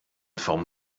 form